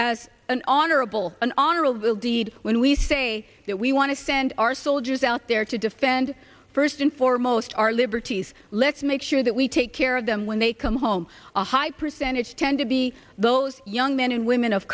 as an honorable and honorable deed when we say that we want to send our soldiers out there to defend first and foremost our liberties let's make sure that we take care of them when they come home a high percentage tend to be those young men and women of